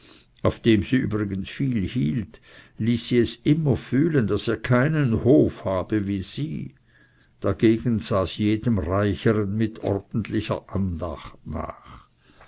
auf dem sie übrigens viel hielt ließ sie es immer fühlen daß er keinen hof habe wie sie dagegen sah sie jedem reichern mit ordentlicher andacht nach